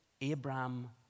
Abraham